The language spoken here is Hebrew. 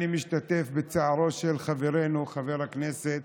אני משתתף בצערו של חברנו חבר הכנסת